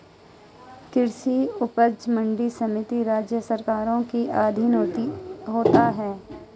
कृषि उपज मंडी समिति राज्य सरकारों के अधीन होता है